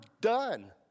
done